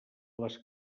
les